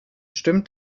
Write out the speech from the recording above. stimmt